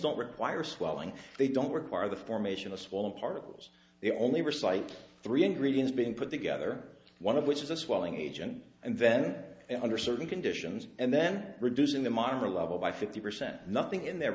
don't require swelling they don't require the formation of small particles they only recite three ingredients being put together one of which is a swelling agent and then under certain condition and then reducing the monitor level by fifty percent nothing in th